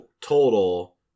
total